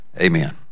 Amen